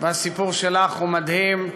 והסיפור שלך הוא מדהים.